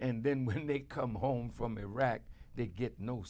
and then when they come home from iraq they get no